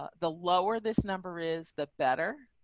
ah the lower this number is the better.